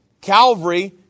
Calvary